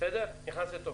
הוא נכנס.